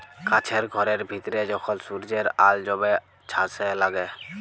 কাছের ঘরের ভিতরে যখল সূর্যের আল জ্যমে ছাসে লাগে